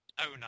owner